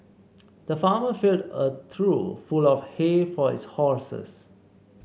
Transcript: the farmer filled a trough full of hay for his horses